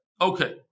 Okay